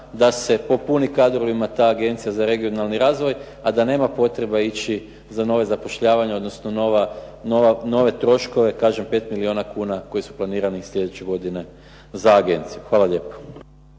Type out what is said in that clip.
da se popuni kadrovima ta Agencija za regionalni razvoj, a da nema potrebe ići za nova zapošljavanja, odnosno nove troškove. Kažem 5 milijuna kuna koji su planirani u sljedećoj godini za agenciju. Hvala lijepo.